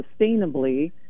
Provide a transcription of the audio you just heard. sustainably